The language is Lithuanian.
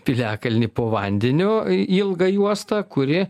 piliakalnį po vandeniu į ilgą juostą kuri